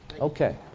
Okay